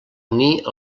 unir